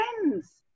friends